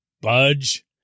budge